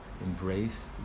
embrace